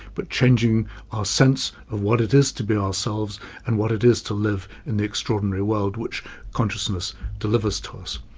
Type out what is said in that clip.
but changing our sense of what it is to be ourselves and what it is to live in the extraordinary world which consciousness delivers to us.